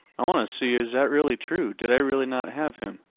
i want to see is that really true. did i really not have him?